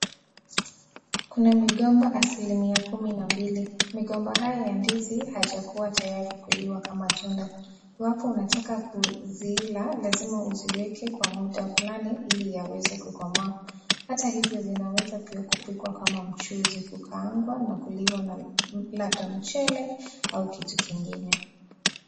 Kuna migomba asilimia kumi na mbili. Migomba haya ya ndizi haijakuwa tayari kuliwa kama matunda. Iwapo unataka kuzila lazima uziweke kwa muda fulani ili iweze kukomaa. Hata hivyo zinaweza pia kupikwa kama mchuzi, kukaangwa na kuliwa na labda mchele au kitu kingine.